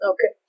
Okay